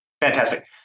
Fantastic